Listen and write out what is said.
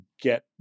get